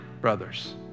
brothers